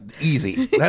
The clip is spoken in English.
easy